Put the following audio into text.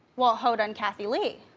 well hoda and kathie lee.